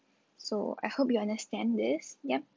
so I hope you understand this yup